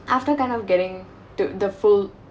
after kind of getting to the full